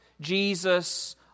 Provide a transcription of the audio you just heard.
Jesus